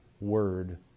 word